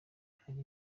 hari